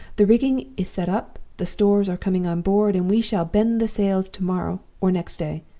the rigging is set up, the stores are coming on board, and we shall bend the sails to-morrow or next day.